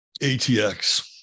ATX